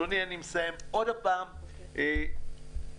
שוב,